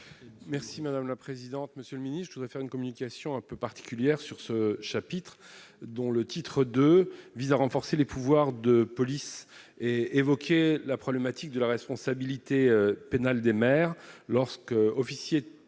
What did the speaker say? Merci madame la présidente, monsieur le ministre doit faire une communication un peu particulière sur ce chapitre, dont le titre de vise à renforcer les pouvoirs de police et évoqué la problématique de la responsabilité pénale des maires lorsque officier,